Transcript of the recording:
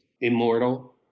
immortal